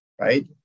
right